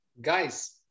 Guys